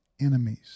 Enemies